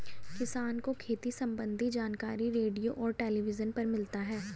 किसान को खेती सम्बन्धी जानकारी रेडियो और टेलीविज़न पर मिलता है